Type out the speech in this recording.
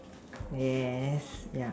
yes yeah